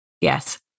Yes